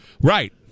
Right